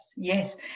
Yes